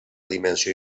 dimensió